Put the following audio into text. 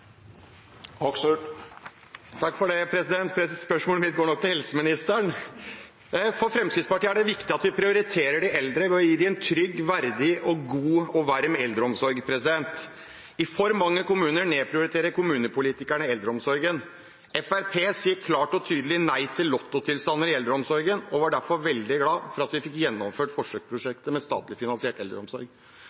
Spørsmålet mitt går til helseministeren. For Fremskrittspartiet er det viktig at vi prioriterer de eldre ved å gi dem en trygg, verdig, god og varm eldreomsorg. I for mange kommuner nedprioriterer kommunepolitikerne eldreomsorgen. Fremskrittspartiet sier klart og tydelig nei til lottotilstander i eldreomsorgen og var derfor veldig glad for at vi fikk gjennomført forsøksprosjektet med statlig finansiert eldreomsorg.